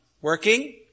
working